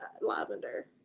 Lavender